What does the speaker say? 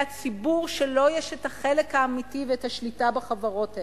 הציבור שלו יש החלק האמיתי והשליטה בחברות האלה,